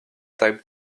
type